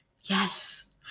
yes